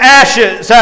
ashes